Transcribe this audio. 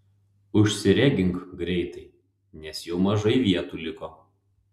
užsiregink greitai nes jau mažai vietų liko